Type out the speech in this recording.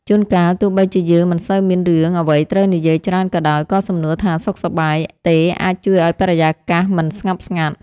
ជួនកាលទោះបីជាយើងមិនសូវមានរឿងអ្វីត្រូវនិយាយច្រើនក៏ដោយក៏សំណួរថាសុខសប្បាយទេអាចជួយឱ្យបរិយាកាសមិនស្ងប់ស្ងាត់។